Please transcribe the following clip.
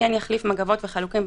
וכן יחליף מגבות וחלוקים,